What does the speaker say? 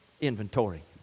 inventory